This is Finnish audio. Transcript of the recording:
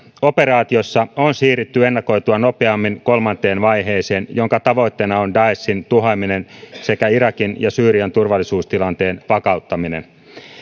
operaatiossa on siirrytty ennakoitua nopeammin kolmanteen vaiheeseen jonka tavoitteena on daeshin tuhoaminen sekä irakin ja syyrian turvallisuustilanteen vakauttaminen